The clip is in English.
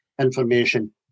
information